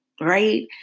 right